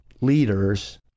leaders